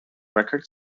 record